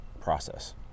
process